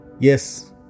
Yes